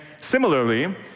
similarly